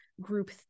group